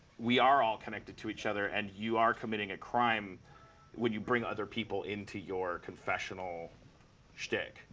we are all connected to each other, and you are committing a crime when you bring other people into your confessional shtick.